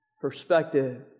perspective